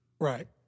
Right